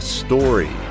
story